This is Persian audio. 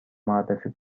معرفی